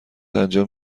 انجام